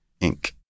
inc